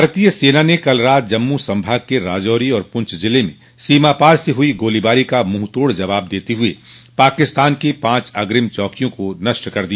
भारतीय सेना ने कल रात जम्मू संभाग के राजौरी और पुंछ जिले में सीमापार से हुई गोलीबारी का मुंहतोड़ जवाब देते हुए पाकिस्तान की पांच अग्रिम चौकियों को नष्ट कर दिया